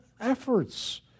efforts